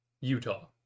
Utah